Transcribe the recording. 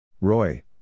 Roy